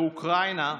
לאוקראינה,